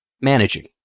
Managing